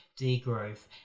degrowth